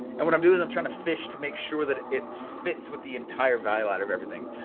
and what i'm doing is i'm trying to fish to make sure that it's fits with the entire value ladder of everything.